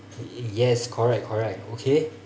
yes correct correct okay